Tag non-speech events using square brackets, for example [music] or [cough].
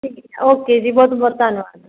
[unintelligible] okay ਜੀ ਬਹੁਤ ਬਹੁਤ ਧੰਨਵਾਦ